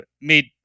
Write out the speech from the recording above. made